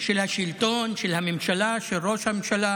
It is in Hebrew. של השלטון, של הממשלה, של ראש הממשלה.